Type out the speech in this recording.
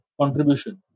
contribution